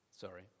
Sorry